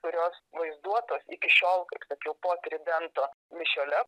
kurios vaizduotos iki šiol kaip sakiau po tridento mišiole